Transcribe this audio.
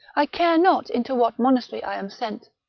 i care not into what monastery i am sent,